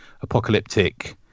apocalyptic